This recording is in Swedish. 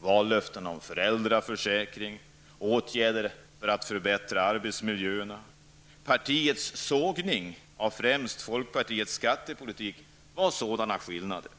Vallöftena om föräldraförsäkringen, åtgärder för att förbättra arbetsmiljöerna och partiets sågning av främst folkpartiets skattepolitik är exempel på sådana skillnader.